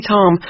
Tom